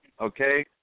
okay